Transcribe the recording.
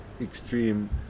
extreme